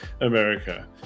America